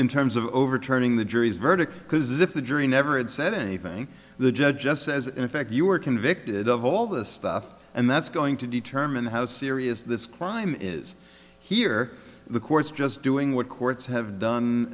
in terms of overturning the jury's verdict because if the jury never had said anything the judge just says in effect you were convicted of all this stuff and that's going to determine how serious this crime is here the court's just doing what courts have done